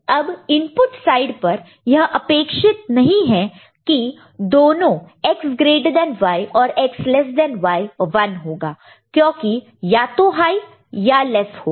अब input side पर यह अपेक्षित नहीं है की दोनों X ग्रेटर देन Y और X लेस देन Y 1 होगा क्योंकि या तो हाई या लेस होगा